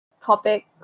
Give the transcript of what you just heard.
topic